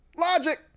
logic